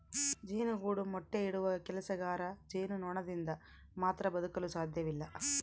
ಜೇನುಗೂಡು ಮೊಟ್ಟೆ ಇಡುವ ಕೆಲಸಗಾರ ಜೇನುನೊಣದಿಂದ ಮಾತ್ರ ಬದುಕಲು ಸಾಧ್ಯವಿಲ್ಲ